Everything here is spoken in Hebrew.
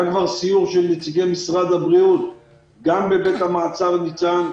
היה כבר סיור של נציגי משרד הבריאות גם בבית המעצר ניצן,